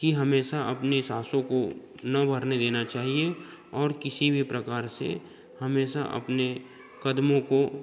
कि हमेशा अपने साँसों को न भरने देना चाहिए और किसी भी प्रकार से हमेशा अपने कदमों को